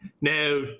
now